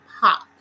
pop